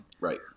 Right